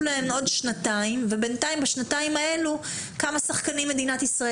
להן עוד שנתיים ובינתיים בשנתיים האלה כמה שחקנים מדינת ישראל